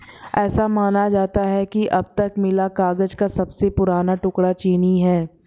ऐसा माना जाता है कि अब तक मिला कागज का सबसे पुराना टुकड़ा चीनी है